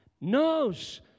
knows